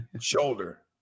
Shoulder